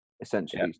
essentially